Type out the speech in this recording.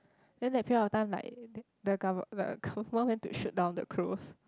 then that period of time like the gove~ the government went to shoot down the crows